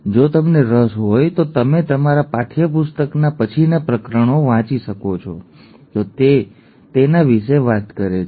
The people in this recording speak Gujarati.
જો તમને રસ હોય તો તમે તમારા પાઠયપુસ્તકનાં પછીનાં પ્રકરણો વાંચી શકો છો તો તે તેના વિશે વાત કરે છે